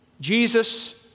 Jesus